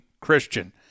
Christian